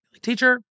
Teacher